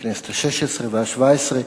בכנסת השש-עשרה והשבע-עשרה,